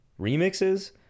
Remixes